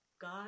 God